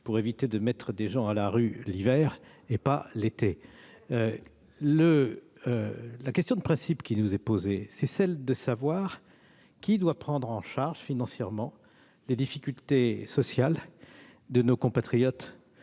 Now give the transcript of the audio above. pour éviter de mettre des gens à la rue l'hiver et non l'été. La question de principe qui nous est posée est la suivante : qui doit prendre en charge financièrement les difficultés sociales de nos compatriotes